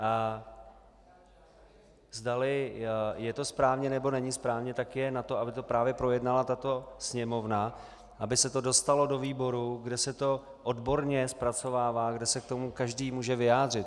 A zdali je to správně, nebo není správně, tak je na tom, aby to právě projednala tato Sněmovna, aby se to dostalo do výborů, kde se to odborně zpracovává, kde se k tomu každý může vyjádřit.